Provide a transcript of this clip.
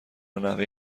نحوه